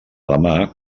demà